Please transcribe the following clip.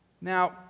Now